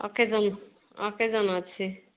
occasion oxygen ଅଛି